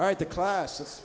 right the class